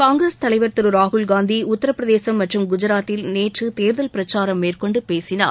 காங்கிரஸ் தலைவா் திரு ராகுல்காந்தி உத்திரபிரதேசும் மற்றும் குஜராத்தில் நேற்று தேர்தல் பிரச்சாரம் மேற்கொண்டு பேசினார்